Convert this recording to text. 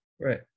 Right